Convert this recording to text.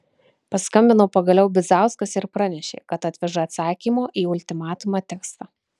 paskambino pagaliau bizauskas ir pranešė kad atveža atsakymo į ultimatumą tekstą